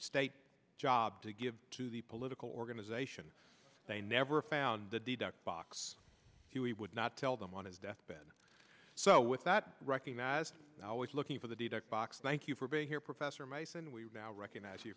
state job to give to the political organization they never found the deduct box he would not tell them on his deathbed so with that recognized always looking for the day the box thank you for being here professor mason we now recognize you